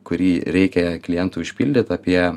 kurį reikia klientui užpildyt apie